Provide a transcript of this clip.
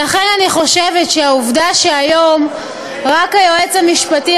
לכן, אני חושבת שהעובדה שהיום רק היועץ המשפטי